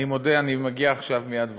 אני מודה, אני מגיע עכשיו מ"יד ושם",